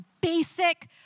basic